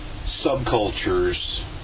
subcultures